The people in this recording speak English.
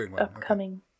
upcoming